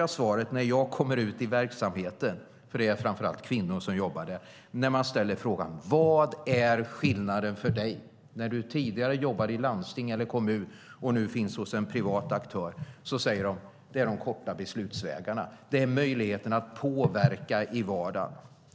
han. När jag kommer ut i verksamheten och frågar vad skillnaden är mellan att du tidigare jobbade i landsting eller kommun och nu jobbar hos en privat aktör är det vanligaste svaret från dessa kvinnor, för det är framför allt kvinnor som jobbar där, de korta beslutsvägarna, möjligheten att påverka i vardagen.